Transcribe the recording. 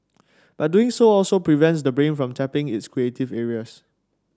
but doing so also prevents the brain from tapping its creative areas